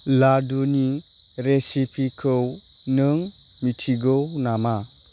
लादुनि रेसिपिखौ नों मिथिगौ नामा